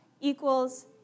equals